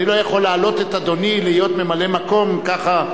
אני לא יכול להעלות את אדוני להיות ממלא-מקום ככה,